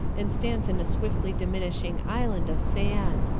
and stands in a swiftly diminishing island of sand.